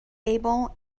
able